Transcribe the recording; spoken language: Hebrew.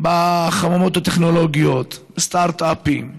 בחממות הטכנולוגיות, סטרט-אפים.